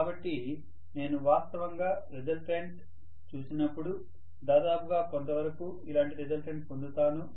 కాబట్టి నేను వాస్తవంగా రిజల్టెంట్ చూసినప్పుడు దాదాపుగా కొంత వరకు ఇలాంటి రిజల్టెంట్ పొందుతాను